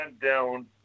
down